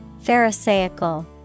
Pharisaical